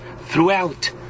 throughout